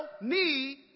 need